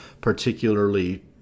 particularly